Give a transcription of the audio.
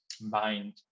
mind